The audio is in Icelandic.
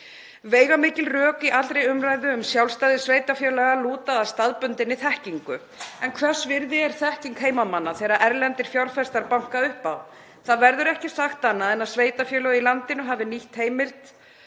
Veigamikil rök í allri umræðu um sjálfstæði sveitarfélaga lúta að staðbundinni þekkingu. En hvers virði er þekking heimamanna þegar erlendir fjárfestar banka upp á? Það verður ekki sagt annað en að sveitarfélög í landinu hafi nýtt einmitt